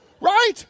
right